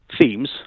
themes